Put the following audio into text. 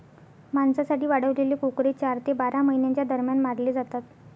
मांसासाठी वाढवलेले कोकरे चार ते बारा महिन्यांच्या दरम्यान मारले जातात